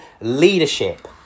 leadership